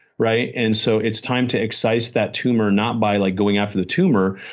right? and so it's time to excise that tumor not by like going after the tumor.